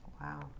Wow